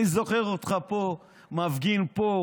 אני זוכר אותך פה מפגין פה,